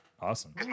Awesome